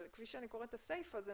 כפי שאני קוראת את הסיפה אלא אם כן תתקנו